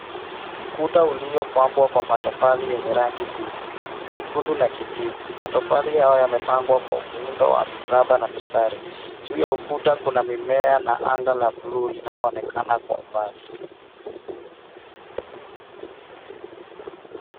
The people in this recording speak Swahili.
Ukuta uliopambwa kwa matofali yenye rangi mbili, nyekundu na kijivu. Matofali hayo yamepangwa kwa muundo wa mkiraba na mistari. Juu ya ukuta kuna mimea na anga la blue linaloonekana kwa umbali.